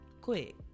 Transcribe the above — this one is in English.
Quick